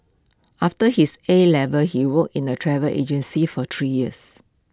after his A levels he worked in A travel agency for three years